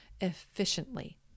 efficiently